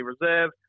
Reserve